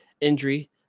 injury